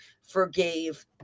forgave